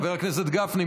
חבר הכנסת גפני,